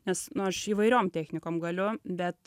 nes nu aš įvairiom technikams galiu bet